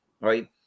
right